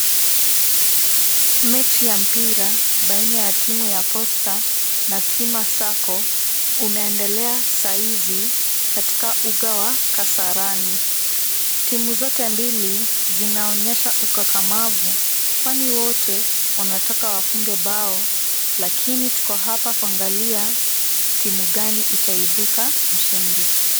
Mechi ya mpira baina ya timu ya Posta na Stima sacco unaendelea saa hizi katika uga wa Kasarani. Timu zote mbili zinaonyesha ukakamavu kwani wote wanataka wafunge mbao lakini tuko hapa kuangalia timu gani itaibuka mshindi.